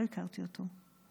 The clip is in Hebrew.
לא הכרתי אותו.